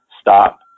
stop